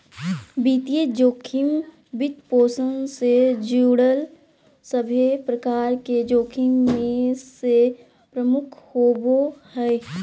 वित्तीय जोखिम, वित्तपोषण से जुड़ल सभे प्रकार के जोखिम मे से प्रमुख होवो हय